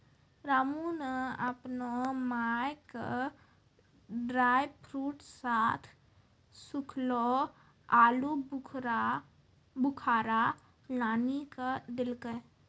रामू नॅ आपनो माय के ड्रायफ्रूट साथं सूखलो आलूबुखारा लानी क देलकै